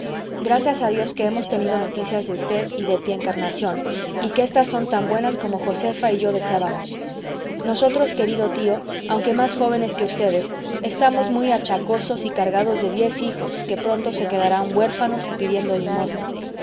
gracias a dios que hemos tenido noticias de usted y de tía encarnación y que éstas son tan buenas como josefa y yo deseábamos nosotros querido tío aunque más jóvenes que ustedes estamos muy achacosos y cargados de diez hijos que pronto se quedarán huérfanos y pidiendo limosna